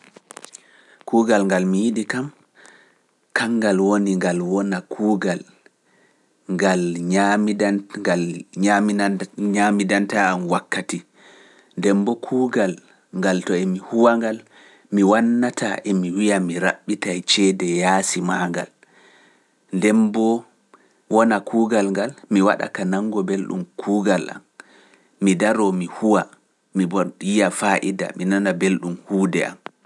Kuugal ngal mi yiɗi kam, kangal woni ngal wona kuugal ngal ñaamidanta am wakkati, nden mbo kuugal ngal to emi huwa ngal, mi wannataa emi wiya mi raɓɓitay ceede yaasi maa ngal, nden mbo wona kuugal ngal mi waɗa ka nanngo belɗum kuugal am, mi daroo mi huwa, mi yiya faa'ida, mi nana belɗum huwude am.